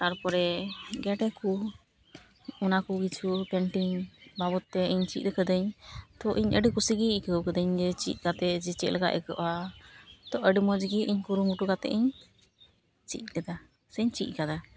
ᱛᱟᱨᱯᱚᱨᱮ ᱜᱮᱰᱮ ᱠᱩ ᱚᱱᱟ ᱠᱚ ᱠᱤᱪᱷᱩ ᱯᱮᱱᱴᱤᱝ ᱵᱟᱵᱚᱫ ᱛᱮ ᱤᱧ ᱪᱮᱫ ᱟᱠᱟᱫᱟᱹᱧ ᱛᱚ ᱤᱧ ᱟᱹᱰᱤ ᱠᱩᱥᱤᱜᱮ ᱟᱹᱭᱠᱟᱹᱣ ᱠᱟᱫᱟᱹᱧ ᱡᱮ ᱪᱤᱫ ᱠᱟᱛᱮ ᱡᱮ ᱪᱮᱫ ᱞᱮᱠᱟ ᱟᱹᱭᱠᱟᱹᱜᱼᱟ ᱛᱚ ᱟᱹᱰᱤ ᱢᱚᱡᱽ ᱜᱮ ᱤᱧ ᱠᱩᱨᱩᱢᱩᱴᱩ ᱠᱟᱛᱮ ᱤᱧ ᱪᱮᱫ ᱠᱮᱫᱟ ᱥᱮᱧ ᱪᱮᱫ ᱟᱠᱟᱫᱟ